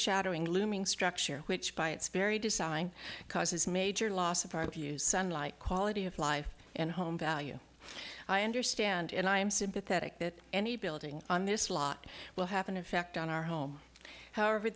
wing looming structure which by its very design causes major loss of our views sunlight quality of life and home value i understand and i am sympathetic that any building on this lot will have an effect on our home however